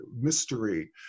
mystery